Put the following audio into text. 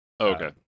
Okay